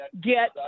get